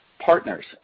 partners